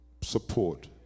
support